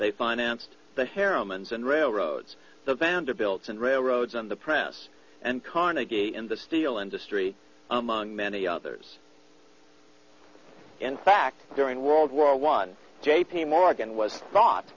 they financed the heroine's and railroads the vanderbilt's and railroads in the press and carnegie in the steel industry among many others in fact during world war one j p morgan was thought